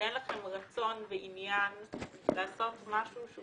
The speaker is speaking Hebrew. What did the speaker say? שאין לכם רצון ועניין לעשות משהו שהוא